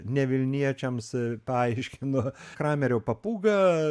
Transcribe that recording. ne vilniečiams paaiškinu kramerio papūga